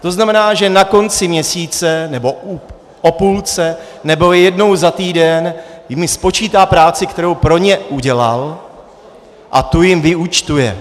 To znamená, že na konci měsíce, nebo po půlce, nebo i jednou za týden spočítá práci, kterou pro ně udělal, a tu jim vyúčtuje.